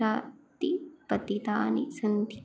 प्रतिपादितानि सन्ति